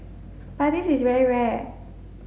but this is very rare